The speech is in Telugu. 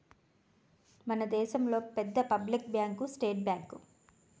మన దేశంలో పెద్ద పబ్లిక్ బ్యాంకు స్టేట్ బ్యాంకు